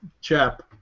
chap